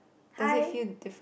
does it feel different